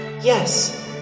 Yes